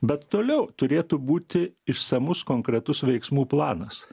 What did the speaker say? bet toliau turėtų būti išsamus konkretus veiksmų planas